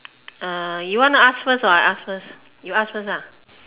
uh you wanna ask first or I ask first you ask first ah